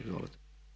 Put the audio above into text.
Izvolite.